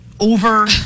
over